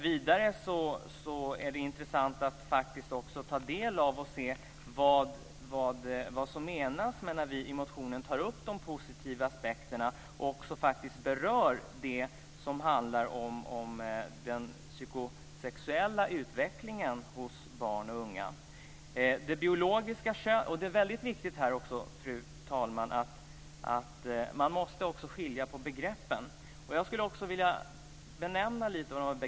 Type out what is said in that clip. Vidare är det intressant att ta del av och se vad som menas när vi i motionen tar upp de positiva aspekterna och också berör det som handlar om den psykosexuella utvecklingen hos barn och unga. Fru talman! Det är väldigt viktigt att man skiljer på begreppen, och jag vill nämna något om dem.